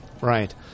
Right